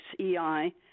EI